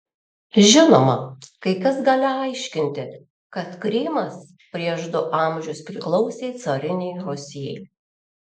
žinoma kai kas gali aiškinti kad krymas prieš du amžius priklausė carinei rusijai